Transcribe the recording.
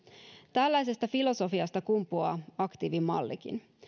tällaisesta filosofiasta kumpuaa aktiivimallikin